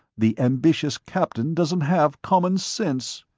the ambitious captain doesn't have common sense.